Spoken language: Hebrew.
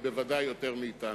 ובוודאי יותר מאתנו.